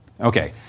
Okay